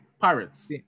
pirates